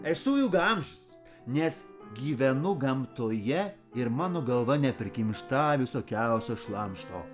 esu ilgaamžis nes gyvenu gamtoje ir mano galva neprikimšta visokiausio šlamšto